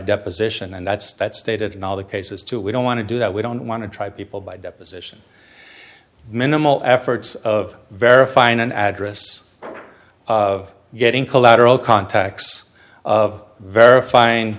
deposition and that's that's stated in all the cases too we don't want to do that we don't want to try people by deposition minimal efforts of verifying an address of getting collateral contacts of verifying